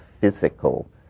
physical